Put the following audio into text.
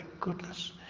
goodness